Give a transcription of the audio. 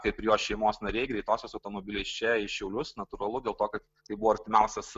kaip ir jos šeimos nariai greitosios automobiliais čia į šiaulius natūralu dėl to kad tai buvo artimiausias